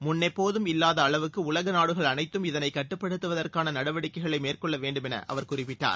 முன் எப்போதும் இல்வாத அளவுக்கு உலக நாடுகள் அளைத்தும் இதளைக் கட்டுப்படுத்துவதற்கான நடவடிக்கை மேற்கொள்ள வேண்டும் என்றும் அவர் குறிப்பிட்டார்